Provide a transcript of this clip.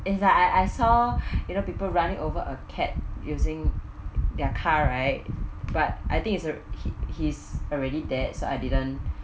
is like I I saw you know people running over a cat using their car right but I think it's a he he's already dead so I didn't